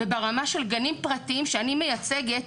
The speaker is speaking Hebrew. וברמה של גנים פרטיים שאני מייצגת,